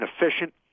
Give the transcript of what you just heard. inefficient